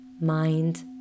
mind